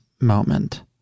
moment